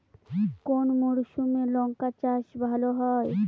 কোন মরশুমে লঙ্কা চাষ ভালো হয়?